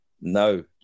No